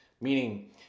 meaning